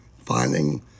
finding